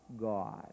God